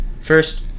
First